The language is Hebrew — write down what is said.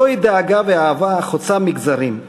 זוהי דאגה ואהבה החוצות מגזרים,